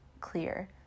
clear